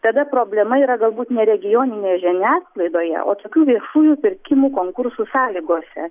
tada problema yra galbūt ne regioninėje žiniasklaidoje o tokių viešųjų pirkimų konkursų sąlygose